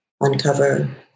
uncover